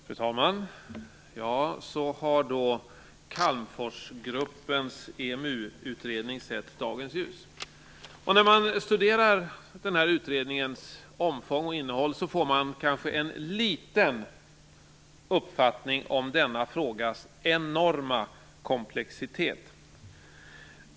Fru talman! Så har då Calmforsgruppens EMU utredning sett dagens ljus. När man studerar utredningens omfång och innehåll får man kanske en liten uppfattning om denna frågas enorma komplexitet.